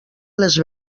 les